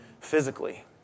physically